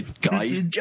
Guys